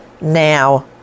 now